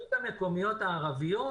שהרשויות המקומיות הערביות,